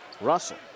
Russell